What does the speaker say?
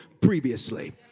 previously